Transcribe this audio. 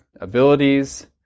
abilities